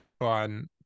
on